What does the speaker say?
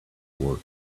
work